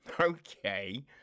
Okay